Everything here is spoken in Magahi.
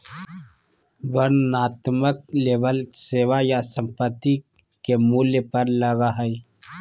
वर्णनात्मक लेबल सेवा या संपत्ति के मूल्य पर लगा हइ